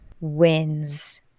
wins